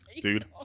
dude